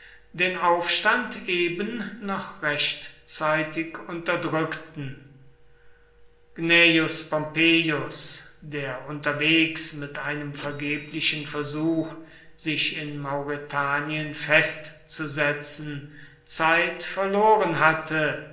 den aufstand eben noch rechtzeitig unterdrückten gnaeus pompeius der unterwegs mit einem vergeblichen versuch sich in mauretanien festzusetzen zeit verloren hatte